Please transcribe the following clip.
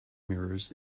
mirrors